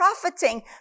profiting